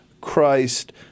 Christ